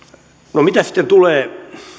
no mitä sitten tulee